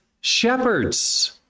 shepherds